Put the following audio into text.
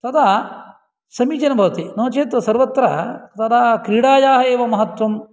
तदा समीचीनं भवति नो चेत् सर्वत्र तदा क्रीडायाः एव महत्वं